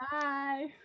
Bye